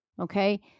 okay